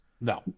No